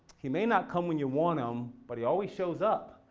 he may not come when you want him, but he always shows up.